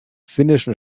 finnischen